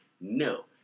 No